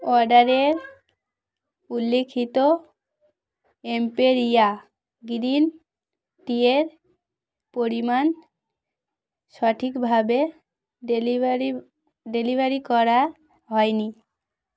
অর্ডারের উল্লিখিত এম্পেরিয়া গ্রিন য়ের পরিমাণ সঠিকভাবে ডেলিভারি ডেলিভারি করা হয় নি